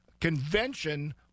convention